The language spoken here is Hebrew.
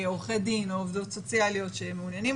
עורכי דין או עובדות סוציאליות שמעוניינים